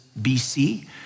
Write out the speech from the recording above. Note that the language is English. BC